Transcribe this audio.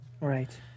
Right